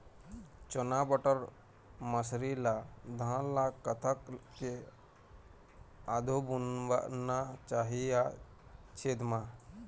चना बटर मसरी ला धान ला कतक के आघु बुनना चाही या छेद मां?